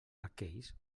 aquells